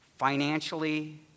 Financially